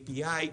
API,